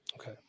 Okay